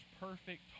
perfect